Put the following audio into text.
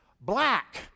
Black